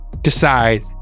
decide